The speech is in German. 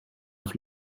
auf